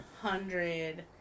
hundred